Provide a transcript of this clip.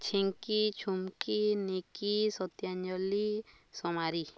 Chhinki Chhumki Niki Satyanjali Somari